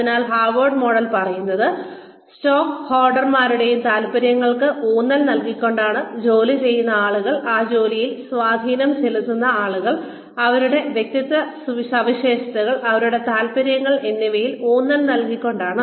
അതിനാൽ Harvard model പറയുന്നത് സ്റ്റേക്ക്ഹോൾഡർമാരുടെ താൽപ്പര്യങ്ങൾക്ക് ഊന്നൽ നൽകികൊണ്ടാണ് ജോലി ചെയ്യുന്ന ആളുകൾ ആ ജോലിയിൽ സ്വാധീനം ചെലുത്തുന്ന ആളുകൾ അവരുടെ വ്യക്തിത്വ സവിശേഷതകൾ അവരുടെ താൽപ്പര്യങ്ങൾ എന്നിവയിൽ ഊന്നൽ നൽകിക്കൊണ്ടാണ്